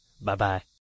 Bye-bye